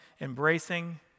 embracing